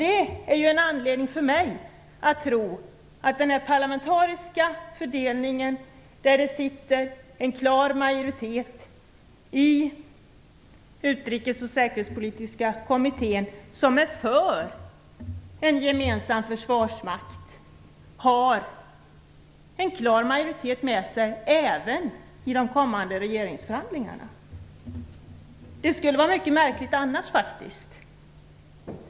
Det är en anledning för mig att tro att den här parlamentariska fördelningen, att en klar majoritet i Utrikes och säkerhetspolitiska kommittén är för en gemensam försvarsmakt också innebär att man har en klar majoritet med sig även i de kommande regeringsförhandlingarna. Det skulle vara mycket märkligt annars, faktiskt.